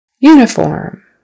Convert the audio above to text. Uniform